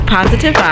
Positive